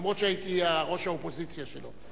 למרות שהייתי ראש האופוזיציה שלו.